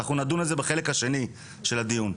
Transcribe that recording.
אנחנו נדון על זה בחלק השני של הדיון.